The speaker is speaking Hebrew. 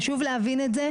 חשוב להבין את זה,